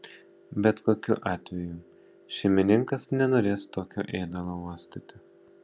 bet kokiu atveju šeimininkas nenorės tokio ėdalo uostyti